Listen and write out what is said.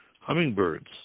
hummingbirds